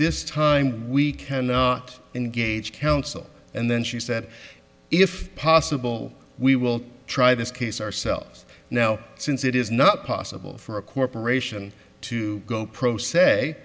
this time we cannot engage counsel and then she said if possible we will try this case ourselves now since it is not possible for a corporation to go pro s